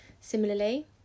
Similarly